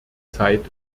zeit